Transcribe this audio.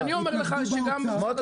ואני אומר לך ש --- סמוטריץ',